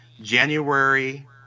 January